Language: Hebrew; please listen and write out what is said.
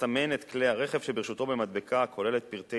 לסמן את כלי הרכב שברשותו במדבקה הכוללת פרטי